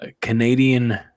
Canadian